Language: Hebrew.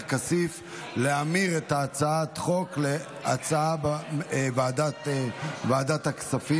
כסיף להמיר את הצעת החוק לדיון בוועדת הכספים.